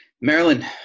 Maryland